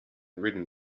ridden